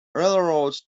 railroads